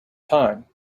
time